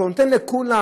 אתה נותן לכולם,